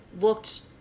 looked